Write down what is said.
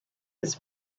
his